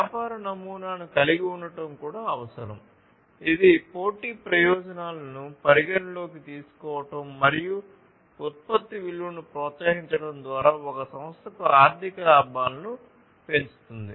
వ్యాపార నమూనాను కలిగి ఉండటం కూడా అవసరం ఇది పోటీ ప్రయోజనాలను పరిగణనలోకి తీసుకోవడం మరియు ఉత్పత్తి విలువను ప్రోత్సహించడం ద్వారా ఒక సంస్థకు ఆర్థిక లాభాలను పెంచుతుంది